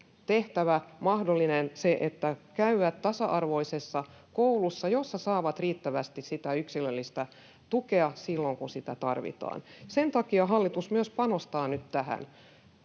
tehtävä mahdolliseksi käydä tasa-arvoisessa koulussa, jossa saavat riittävästi yksilöllistä tukea silloin, kun sitä tarvitaan. Sen takia hallitus myös panostaa nyt tähän: